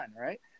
right